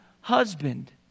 husband